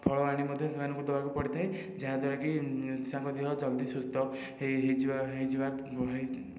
ଫଳ ଆଣି ମଧ୍ୟ ସେମାନଙ୍କୁ ଦବାକୁ ପଡ଼ିଥାଏ ଯାହାଦ୍ୱାରା କି ସେମାନଙ୍କ ଦେହ ଜଲ୍ଦି ସୁସ୍ଥ ହୋଇଯିବ